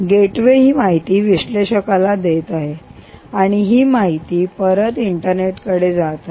gateway ही माहिती विश्लेषकाला देत आहे आणि माहिती परत इंटरनेट कडे जात आहे